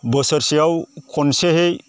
बोसोरसेयाव खनसेयै